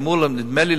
אני אמור, נדמה לי,